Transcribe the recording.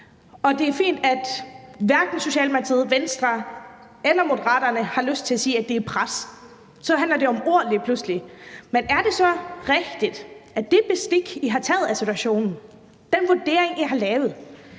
Og det er fint, at hverken Socialdemokratiet, Venstre eller Moderaterne har lyst til at sige, at det er et pres. Så handler det lige pludselig om ord. Men er det så rigtigt, at det, at I har taget bestik af situationen, den vurdering, I har lavet,